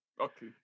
okay